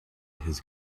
his